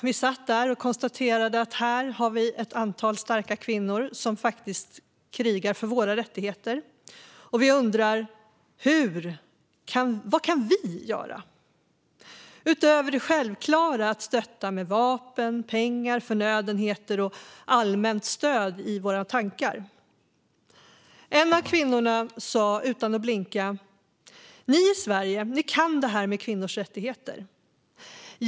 Vi konstaterade att vi här hade ett antal starka kvinnor som faktiskt krigar för våra rättigheter. Vi undrade: Vad kan vi göra, utöver det självklara att stötta med vapen, pengar, förnödenheter och allmänt stöd i våra tankar? En av kvinnorna sa utan att blinka: Ni i Sverige kan detta med kvinnors rättigheter.